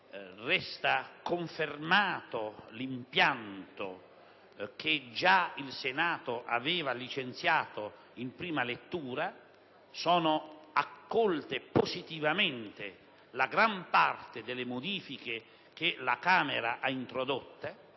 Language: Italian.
Resta confermato l'impianto che già il Senato aveva licenziato in prima lettura. Sono accolte positivamente la gran parte delle modifiche che la Camera ha introdotto;